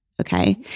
Okay